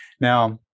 Now